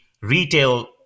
retail